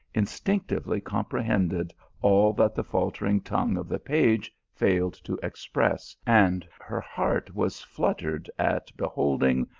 instinctively comprehended all that the faltering tongue of the page failed to ex press, and her heart was fluttered at beholding,